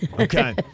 Okay